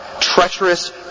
treacherous